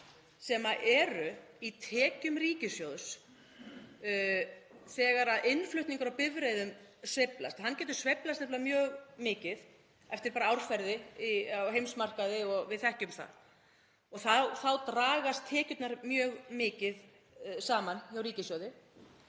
sem eru í tekjum ríkissjóðs þegar innflutningur á bifreiðum sveiflast. Hann getur sveiflast mjög mikið eftir bara árferði á heimsmarkaði og við þekkjum það. Þá dragast tekjurnar mjög mikið saman hjá ríkissjóði